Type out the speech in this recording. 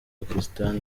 pakistan